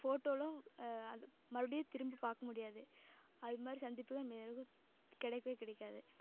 ஃபோட்டோலாம் அது மறுபடியும் திரும்பி பார்க்க முடியாது அது மாதிரி சந்திப்புகள்லாம் மெருகு கிடைக்கவே கிடைக்காது